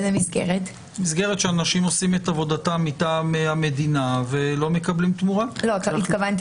עם יציאתה של הלכת לשצ'נקו לאוויר העולם,